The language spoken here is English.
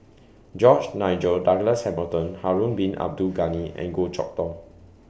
George Nigel Douglas Hamilton Harun Bin Abdul Ghani and Goh Chok Tong